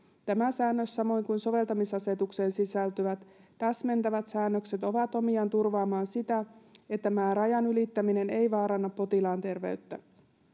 tämä säännös samoin kuin soveltamisasetukseen sisältyvät täsmentävät säännökset ovat omiaan turvaamaan sitä että määräajan ylittäminen ei vaaranna potilaan terveyttä